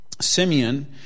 Simeon